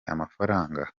amafaranga